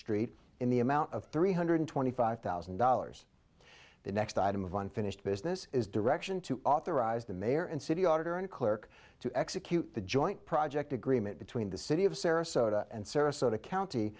street in the amount of three hundred twenty five thousand dollars the next item of unfinished business is direction to authorize the mayor and city auditor and clerk to execute the joint project agreement between the city of sarasota and sarasota county